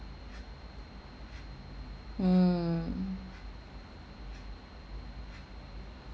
mm